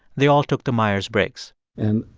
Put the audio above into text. they all took the myers-briggs and